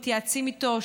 מתייעצים איתו,